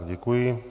Děkuji.